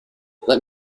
let